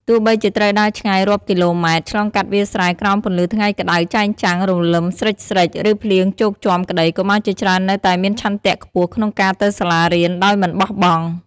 ទោះបីជាត្រូវដើរឆ្ងាយរាប់គីឡូម៉ែត្រ ឆ្លងកាត់វាលស្រែក្រោមពន្លឺថ្ងៃក្តៅចែងចាំង រលឹមស្រិចៗ ឬភ្លៀងជោកជាំក្តី កុមារជាច្រើននៅតែមានឆន្ទៈខ្ពស់ក្នុងការទៅសាលារៀនដោយមិនបោះបង់។